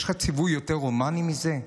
יש לך ציווי יותר הומני מזה?